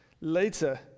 later